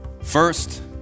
First